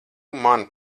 man